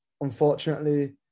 unfortunately